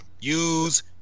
use